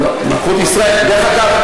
דרך אגב,